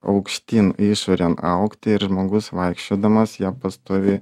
aukštyn išorėn augti ir žmogus vaikščiodamas ją pastoviai